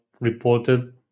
reported